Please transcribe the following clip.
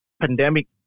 pandemic